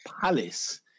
Palace